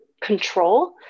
control